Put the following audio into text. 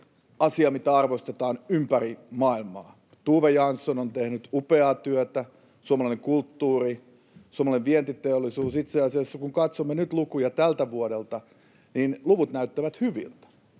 asia, mitä arvostetaan ympäri maailmaa. Tove Jansson on tehnyt upeaa työtä, samoin suomalainen kulttuuri ja suomalainen vientiteollisuus — itse asiassa, kun katsomme nyt lukuja tältä vuodelta, niin luvut näyttävät hyviltä.